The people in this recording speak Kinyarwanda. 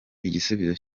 igisubizo